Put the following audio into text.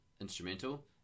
instrumental